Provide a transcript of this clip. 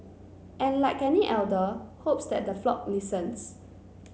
and like any elder hopes that the flock listens